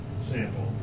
sample